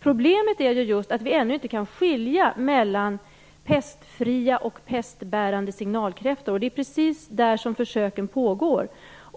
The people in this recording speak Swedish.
Problemet är just att vi ännu inte kan skilja mellan pestfria och pestbärande signalkräftor. Det är om det som försök pågår.